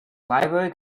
library